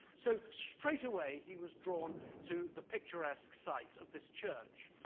so, straight away, he was drawn to the picturesque sight of this church,